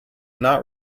not